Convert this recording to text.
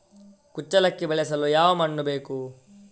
ಕುಚ್ಚಲಕ್ಕಿ ಬೆಳೆಸಲು ಯಾವ ಮಣ್ಣು ಬೇಕು?